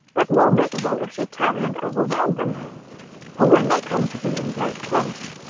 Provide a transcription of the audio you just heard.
but more miserable if she tarry and overwhelm them for when they come to be in great place,